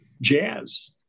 jazz